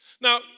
Now